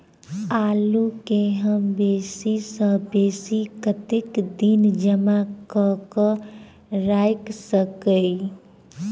आलु केँ हम बेसी सऽ बेसी कतेक दिन जमा कऽ क राइख सकय